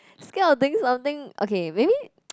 scared of doing something okay maybe